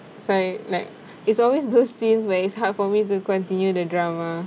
sorry like it's always those scenes where it's hard for me to continue the drama